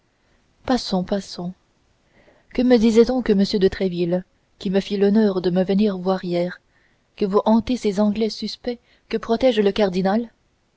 passons passons que me disait donc m de tréville qui me fit l'honneur de me venir voir hier que vous hantez ces anglais suspects que protège le cardinal